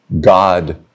God